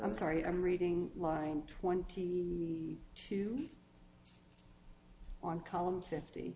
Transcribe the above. i'm sorry i'm reading line twenty two on column fifty